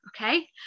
okay